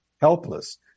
helpless